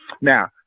Now